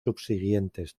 subsiguientes